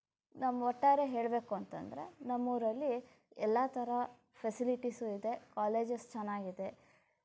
ನಮ್ಮ ಒಟ್ಟಾರೆ ಹೇಳಬೇಕು ಅಂತಂದರೆ ನಮ್ಮ ಊರಲ್ಲಿ ಎಲ್ಲ ಥರ ಫೆಸಿಲಿಟೀಸು ಇದೆ ಕಾಲೇಜಸ್ ಚೆನ್ನಾಗಿದೆ